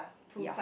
ya